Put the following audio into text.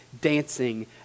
dancing